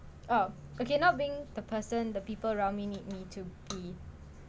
oh okay not being the person the people around me need me to be